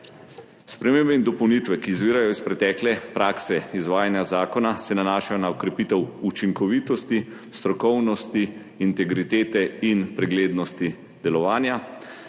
Spremembe in dopolnitve, ki izvirajo iz pretekle prakse izvajanja zakona, se nanašajo na krepitev učinkovitosti, strokovnosti, integritete in preglednosti delovanja